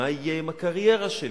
מה יהיה עם הקריירה שלי?